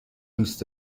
دوست